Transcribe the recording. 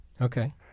Okay